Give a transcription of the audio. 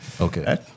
Okay